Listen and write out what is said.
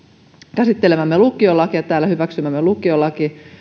käsittelemämme ja täällä hyväksymämme lukiolaki